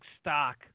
stock